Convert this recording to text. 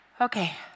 Okay